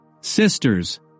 Sisters